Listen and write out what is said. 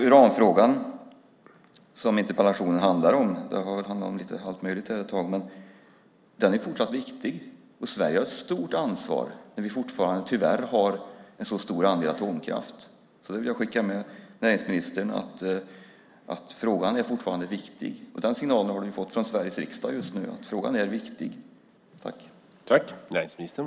Uranfrågan, som interpellationen egentligen handlar om - den har ju handlat om allt möjligt annat också - är fortsatt viktig. Sverige har ett stort ansvar när vi fortfarande, tyvärr, har en så pass stor andel atomkraft. Jag vill skicka med näringsministern att den frågan är fortsatt viktig. Signalen att frågan är viktig har regeringen i dag fått från Sveriges riksdag.